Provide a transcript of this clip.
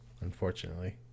unfortunately